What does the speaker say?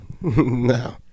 No